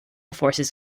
forces